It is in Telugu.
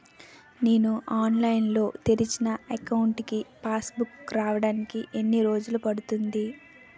నేను ఆన్లైన్ లో తెరిచిన అకౌంట్ కి పాస్ బుక్ రావడానికి ఎన్ని రోజులు పడుతుంది?